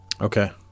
Okay